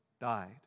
died